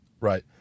right